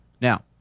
Now